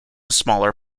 smaller